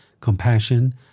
compassion